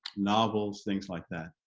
novels things like that